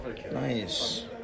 Nice